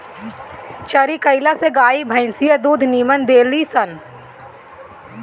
चरी कईला से गाई भंईस दूध निमन देली सन